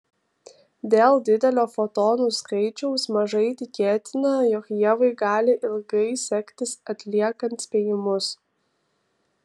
dėl didelio fotonų skaičiaus mažai tikėtina jog ievai gali ilgai sektis atliekant spėjimus